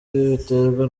biterwa